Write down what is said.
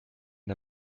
der